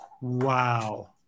Wow